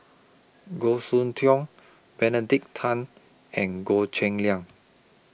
Goh Soon Tioe Benedict Tan and Goh Cheng Liang